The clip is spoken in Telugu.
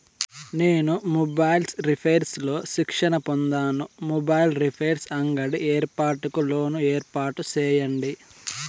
నేను మొబైల్స్ రిపైర్స్ లో శిక్షణ పొందాను, మొబైల్ రిపైర్స్ అంగడి ఏర్పాటుకు లోను ఏర్పాటు సేయండి?